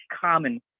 common